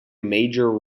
major